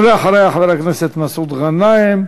ולאחריה, חבר הכנסת מסעוד גנאים,